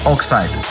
Oxide